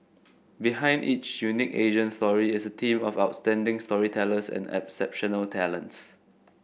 behind each unique Asian story is a team of outstanding storytellers and exceptional talents